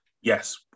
Yes